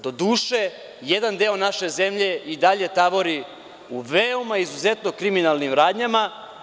Doduše, jedan deo naše zemlje i dalje tavori u veoma kriminalnim radnjama.